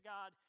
God